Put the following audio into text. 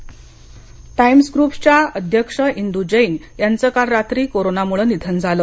इंदू जैन निधन टाईम्स ग्रुपच्या अध्यक्ष इंदू जैन यांचं काल रात्री कोरोनामुळे निधन झालं